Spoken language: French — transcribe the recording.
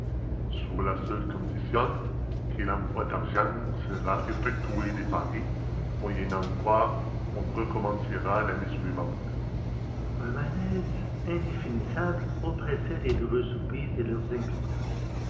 sous la seule condition que l'envoi d'argent sera effectué de paris moyennant quoi on recommencera l'année suivante un malaise indéfinissable oppressait les dreux soubise et leurs invités